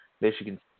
Michigan